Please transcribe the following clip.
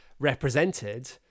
represented